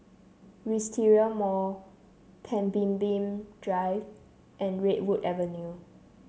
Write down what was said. Wisteria Mall Pemimpin Drive and Redwood Avenue